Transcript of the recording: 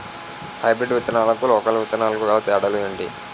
Hybrid విత్తనాలకు local విత్తనాలకు గల తేడాలు ఏంటి?